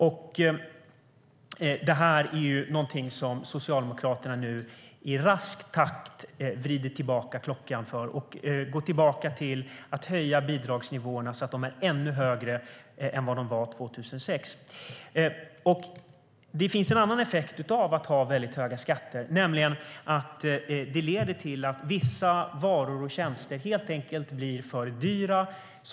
Det finns en annan effekt av att ha väldigt höga skatter, nämligen att vissa varor och tjänster helt enkelt blir för dyra.